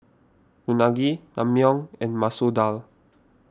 Unagi Naengmyeon and Masoor Dal